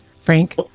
Frank